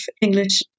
English